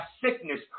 sickness